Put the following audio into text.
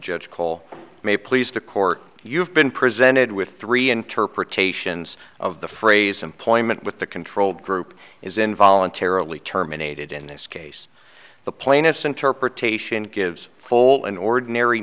judge cole may please the court you have been presented with three interpretations of the phrase employment with the control group is in voluntarily terminated in this case the plaintiff's interpretation gives full an ordinary